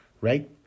Right